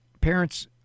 Parents